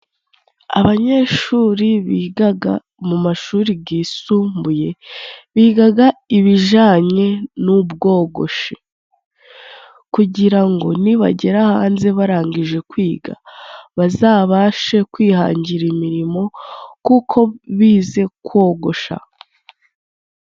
Abanyeshuri bigaga mu mashuri gisumbuye bigaga ibijanye n'ubwogoshi kugira ngo nibagera hanze barangije kwiga bazabashe kwihangira imirimo kuko bize kogosha.